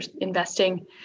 investing